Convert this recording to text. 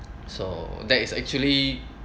so that is actually